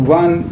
one